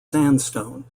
sandstone